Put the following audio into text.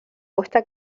gusta